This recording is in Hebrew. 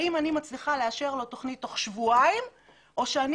האם אני מצליחה לאשר לו תוכנית תוך שבועיים או שאני